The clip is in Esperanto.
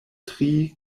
tri